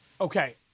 Okay